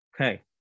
Okay